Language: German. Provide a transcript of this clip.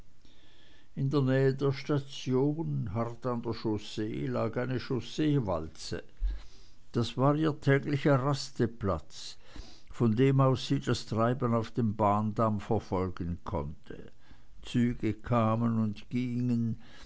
in nähe der station hart an der chaussee lag eine chausseewalze das war ihr täglicher rastplatz von dem aus sie das treiben auf dem bahndamm verfolgen konnte züge kamen und gingen